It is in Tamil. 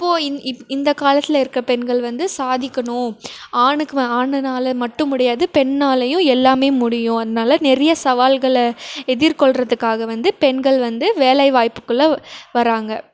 இப்போது இந் இப் இந்தக் காலத்தில் இருக்கற பெண்கள் வந்து சாதிக்கணும் ஆணுக்கு வ ஆணினால மட்டும் முடியாது பெண்ணாலேயும் எல்லாமே முடியும் அதனால் நிறைய சவால்களை எதிர்கொள்கிறதுக்காக வந்து பெண்கள் வந்து வேலை வாய்ப்புக்குள்ளே வராங்க